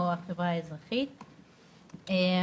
או החברה האזרחית ולכן,